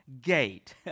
gate